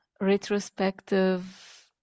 retrospective